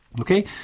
Okay